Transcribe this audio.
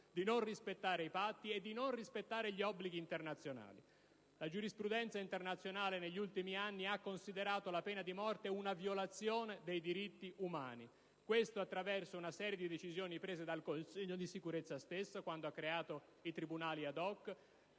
di non rispettare la legge, i patti e gli obblighi internazionali. La giurisprudenza internazionale negli ultimi anni ha considerato la pena di morte una violazione dei diritti umani e lo ha fatto attraverso una serie di decisioni prese dal Consiglio di sicurezza stesso quando ha creato i tribunali *ad hoc*;